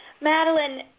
Madeline